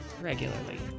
Regularly